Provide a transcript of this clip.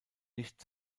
nicht